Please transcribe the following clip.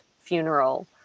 funeral